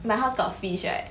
my house got fish right